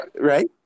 right